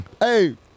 Hey